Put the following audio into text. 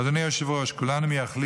אדוני היושב-ראש, כולנו מייחלים